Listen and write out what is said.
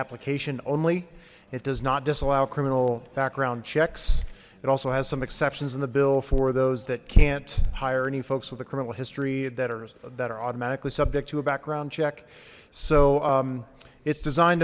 application only it does not disallow criminal background checks it also has some exceptions in the bill for those that can't hire any folks with a criminal history that are that are automatically subject to a background check so it's designed